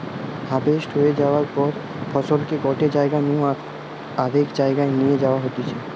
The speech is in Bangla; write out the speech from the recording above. হাভেস্ট হয়ে যায়ার পর ফসলকে গটে জাগা নু আরেক জায়গায় নিয়ে যাওয়া হতিছে